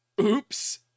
oops